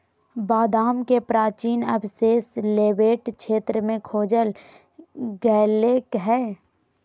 बादाम के प्राचीन अवशेष लेवेंट क्षेत्र में खोजल गैल्के हइ